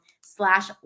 slash